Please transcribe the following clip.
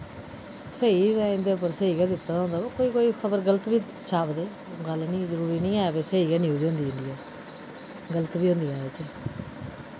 स्हेई ऐ इं'दे उप्पर स्हेई गै दित्ते दा होंदा बा कोई कोई खबर गल्त बी छापदे गल्ल निं जरुरी निं ऐ कि स्हेई गै न्यूज होंदी इंदी गल्त बी होंदियां इ'दे च